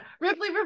Ripley